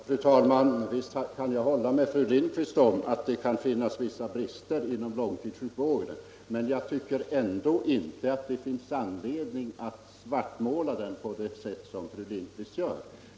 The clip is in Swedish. Fru talman! Visst kan jag hålla med fru Lindquist om att det kan finnas vissa brister inom långtidssjukvården, men jag tycker ändå inte att det finns anledning att svartmåla den på det sätt som fru Lindquist gör.